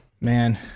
man